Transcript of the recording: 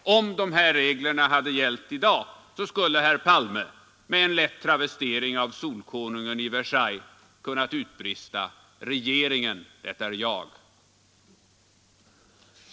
Om de reglerna hade gällt i dag, så skulle herr Palme med en lätt travestering av solkonungen i Versailles ha kunnat utbrista: Regeringen, det är jag.